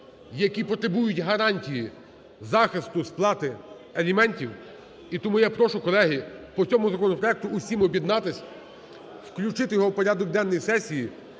які потребують гарантії захисту сплати аліментів. І тому я прошу, колеги, по цьому законопроекту усім об'єднатися, включити його в порядок денний і,